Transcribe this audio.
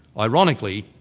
ironically,